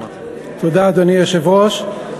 אדוני היושב-ראש,